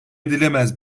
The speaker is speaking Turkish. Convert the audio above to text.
edilemez